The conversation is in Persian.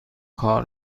کار